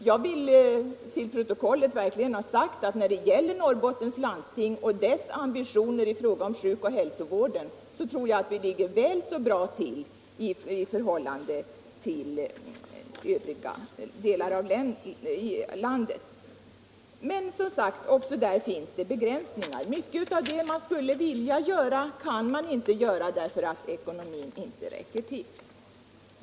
Jag vill verkligen beträffande Norrbottens landsting och dess ambitioner inom hälsooch sjukvården läsa in i protokollet att jag tror att länet ligger väl så bra till som övriga delar av landet. Men det finns, som sagt, begränsningar även där. Mycket av det man skulle vilja göra kan man inte göra, därför att medlen inte räcker till.